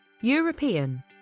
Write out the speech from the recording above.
European